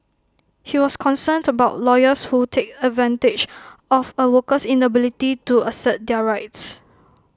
he was concerned about lawyers who take advantage of A worker's inability to assert their rights